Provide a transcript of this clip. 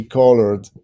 colored